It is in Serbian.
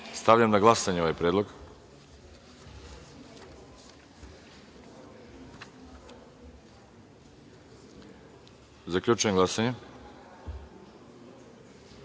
godine. Stavljam na glasanje ovaj predlog. Zaključujem glasanje: